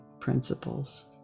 principles